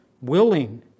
willing